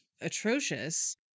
atrocious